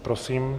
Prosím.